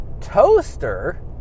toaster